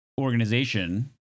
organization